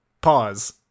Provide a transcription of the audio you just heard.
pause